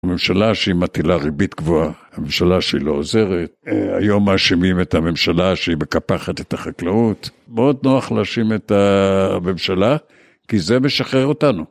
הממשלה שהיא מטילה ריבית גבוהה, הממשלה שהיא לא עוזרת. היום מאשימים את הממשלה שהיא מקפחת את החקלאות. מאוד נוח להאשים את הממשלה, כי זה משחרר אותנו.